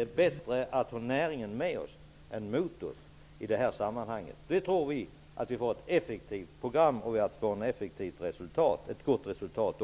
är bättre att ha näringen med oss än mot oss i det här sammanhanget. Nu tror vi att vi får ett effektivt program och ett gott resultat.